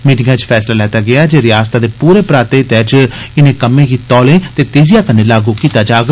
मीटिंगै च फैसला लैता गेया जे रयासतै दे पूरे पराते हितै च इनें कम्मै गी तौले ते तेजिया कन्नै लागू कीता जाग